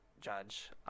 judge